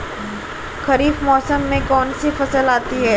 खरीफ मौसम में कौनसी फसल आती हैं?